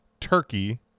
Turkey